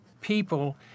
people